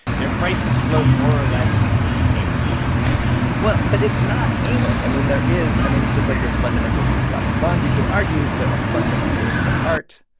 their prices float more or less aimlessly well, but it's not aimless. i mean, there is i mean, just like there's fundamentals for stocks and bonds, you could argue there are fundamentals for art.